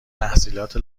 تحصیلات